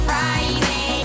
Friday